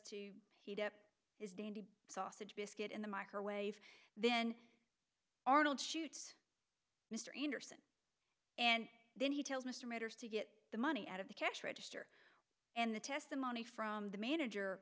to heat up his dainty sausage biscuit in the microwave then arnold shoots mr anderson and then he tells mr matters to get the money out of the cash register and the testimony from the manager